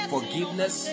forgiveness